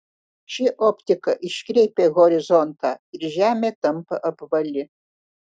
ši optika iškreipia horizontą ir žemė tampa apvali